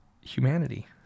humanity